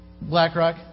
Blackrock